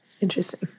Interesting